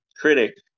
critic